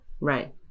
Right